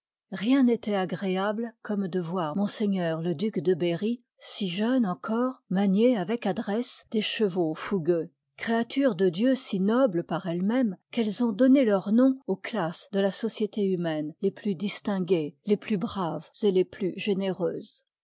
rien n'est agréable comme de voir ms le duc de berry si jeune encore manier avec adresse des chevaux fougueux créatures de dieu si nobles par elles-mêmes qu'elles ont donné leur nom aux classes de la société humaine les plus distinguées les plus braves et les plus généreuses